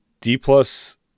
D-plus